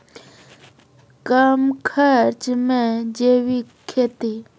कम खर्च मे जैविक खेती?